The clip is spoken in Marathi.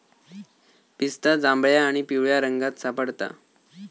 पिस्ता जांभळ्या आणि पिवळ्या रंगात सापडता